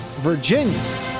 Virginia